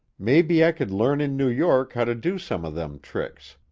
maybe i could learn in new york how to do some of them tricks.